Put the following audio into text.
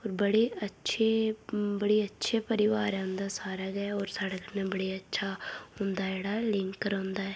होर बड़े अच्छे बड़ा अच्छा परिवार ऐ उन्दा सारा गै होर साढ़े कन्नै बड़ा अच्छा उन्दा जेह्ड़ा लिंक रौंह्दा ऐ